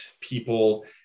people